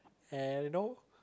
and you know